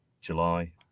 July